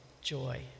joy